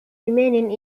remaining